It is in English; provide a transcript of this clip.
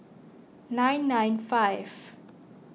nine nine five